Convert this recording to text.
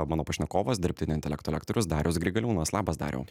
mano pašnekovas dirbtinio intelekto lektorius darius grigaliūnas labas dariau